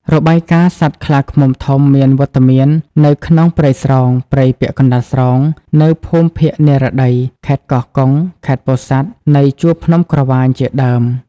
របាយណ៍សត្វខ្លាឃ្មុំធំមានវត្តមាននៅក្នុងព្រៃស្រោង ព្រៃពាក់កណ្តាលស្រោង នៅភូមិភាគនិរតី ខេត្តកោះកុង ខេត្តពោធិ៍សាត់ នៃជួរភ្នំក្រវាញ ជាដើម។